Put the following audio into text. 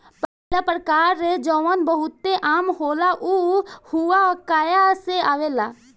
पहिला प्रकार जवन बहुते आम होला उ हुआकाया से आवेला